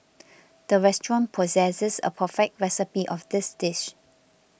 the restaurant possesses a perfect recipe of this dish